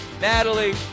Natalie